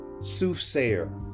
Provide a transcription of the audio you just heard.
soothsayer